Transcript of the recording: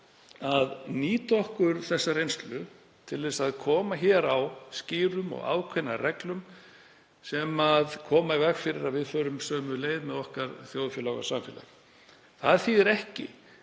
að nýta okkur þessa reynslu til að koma hér á skýrum og ákveðnari reglum sem koma í veg fyrir að við förum sömu leið með okkar þjóðfélag og samfélag. Það þýðir ekki